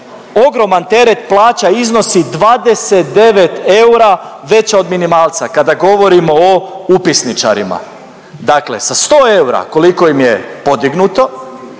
ogroman teret plaća, iznosi 29 eura, veća od minimalca kada govorimo o upisničarima. Dakle, sa 100 eura koliko im je podignuto